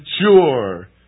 mature